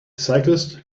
cyclist